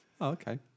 okay